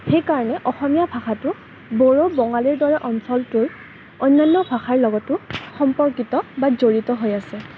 সেইকাৰণে অসমীয়া ভাষাটো বড়ো বঙালীৰ দৰে অঞ্চলটোৰ অন্যান্য ভাষাৰ লগতো সম্পৰ্কিত বা জড়িত হৈ আছে